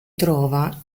trova